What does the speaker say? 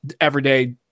everyday